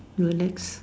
relax